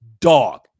Dog